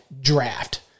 draft